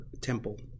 temple